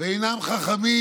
ואינם חכמים,